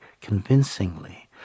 convincingly